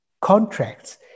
contracts